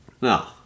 No